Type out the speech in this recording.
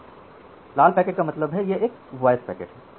तो लाल पैकेट का मतलब है कि यह एक वॉयस पैकेट है